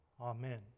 amen